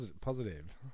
Positive